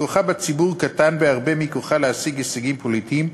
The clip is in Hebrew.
כוחה בציבור קטן בהרבה מכוחה להשיג הישגים פוליטיים.